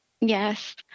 Yes